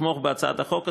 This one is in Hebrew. לתמוך בהצעת החוק הזאת,